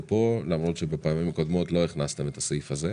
פה למרות שבפעמים הקודמות לא הכנסתם את הסעיף הזה.